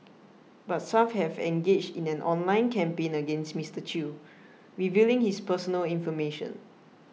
but some have engaged in an online campaign against Mister Chew revealing his personal information